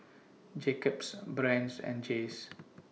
Jacob's Brand's and Jays